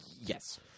Yes